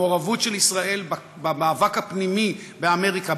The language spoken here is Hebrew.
המעורבות של ישראל במאבק הפנימי באמריקה,